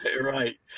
Right